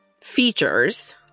features